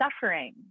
suffering